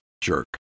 jerk